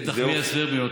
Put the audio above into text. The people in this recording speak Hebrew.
נחמיאס-ורבין.